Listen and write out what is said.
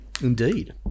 Indeed